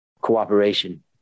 cooperation